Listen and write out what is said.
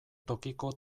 tokiko